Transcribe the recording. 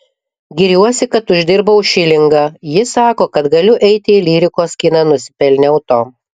giriuosi kad uždirbau šilingą ji sako kad galiu eiti į lyrikos kiną nusipelniau to